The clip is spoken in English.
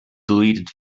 deleted